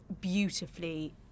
beautifully